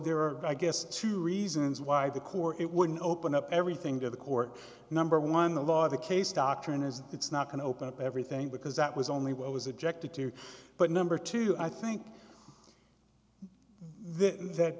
there are i guess two reasons why the core it wouldn't open up everything to the court number one the law of the case doctrine is it's not going to open up everything because that was only what was objected to but number two i think th